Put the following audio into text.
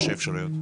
האפשרויות?